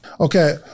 Okay